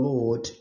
Lord